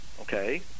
Okay